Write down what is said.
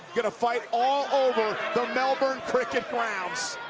gonna fight all over the melbourne cricket grounds.